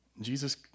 Jesus